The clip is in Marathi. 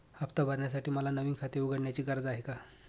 हफ्ता भरण्यासाठी मला नवीन खाते उघडण्याची गरज आहे का?